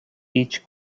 each